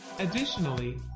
Additionally